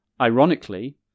ironically